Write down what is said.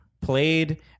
played